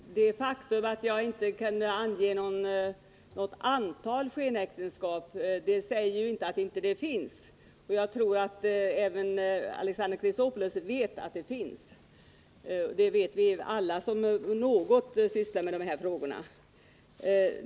Herr talman! Det faktum att jag inte kan ange något antal skenäktenskap betyder inte att de inte finns. Jag tror att även Alexander Chrisopoulos vet att de finns. Det vet vi alla som något sysslat med de här frågorna.